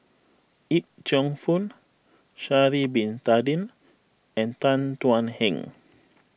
Yip Cheong Fun Sha'ari Bin Tadin and Tan Thuan Heng